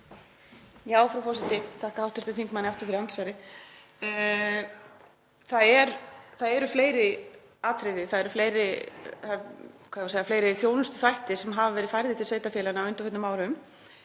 Frú forseti. Ég þakka hv. þingmanni aftur fyrir andsvarið. Það eru fleiri atriði, það eru fleiri þjónustuþættir sem hafa verið færðir til sveitarfélaganna á undanförnum árum,